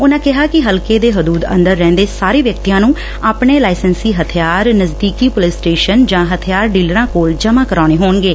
ਉਨੂਾ ਕਿਹਾ ਕਿ ਹਲਕੇ ਦੇ ਹਦੂਦ ਅੰਦਰ ਰਹਿਦੇ ਸਾਰੇ ਵਿਅਕਤੀਆ ਨੂੰ ਆਪਣੇ ਲਾਈਸੈਂਸੀ ਹਥਿਆਰ ਨਜ਼ਦੀਕੀ ਪੁਲਿਸ ਸਟੇਸ਼ਨ ਜਾ ਹਥਿਆਰ ਡੀਲਰਾ ਕੋਲ ਜਮ੍ਜਾਂ ਕਰਵਾਉਣੇ ਹੋਣਗੇ